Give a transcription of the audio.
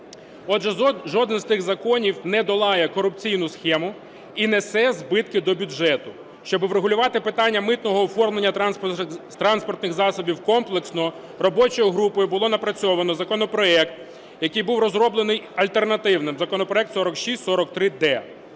Отже, жодний з тих законів не долає корупційну схему і несе збитки для бюджету. Щоб врегулювати питання митного оформлення транспортних засобів комплексно, робочою групою було напрацьовано законопроект, який був розроблений альтернативним, законопроект 4643-д.